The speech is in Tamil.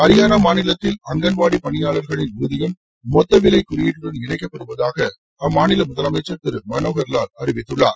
ஹரியானா மாநிலத்தில் அங்கன்வாடி பணியாளர்களின் ஊதியம் மொத்த விலை குறியீட்டுடன் இணைக்கப்படுவதாக அம்மாநில முதலமைச்சர் திரு மனோகர்வால் அறிவித்துள்ளார்